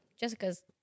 Jessica's